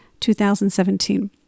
2017